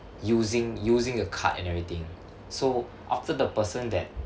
using using a card and everything so after the person that